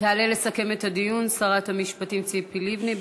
תעלה לסכם את הדיון שרת המשפטים ציפי לבני,